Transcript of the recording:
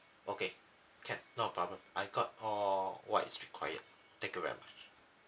okay can no problem I got all what is required thank you very much